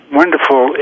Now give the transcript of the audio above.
wonderful